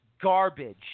garbage